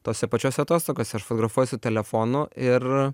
tose pačiose atostogose aš fotografuoju su telefonu ir